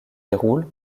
déroule